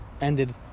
ended